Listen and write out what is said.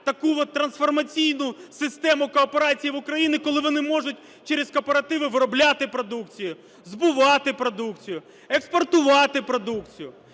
таку трансформаційну систему кооперації в Україні, коли вони можуть через кооперативи виробляти продукцію, збувати продукцію, експортувати продукцію.